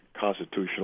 constitutional